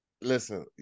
Listen